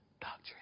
doctrine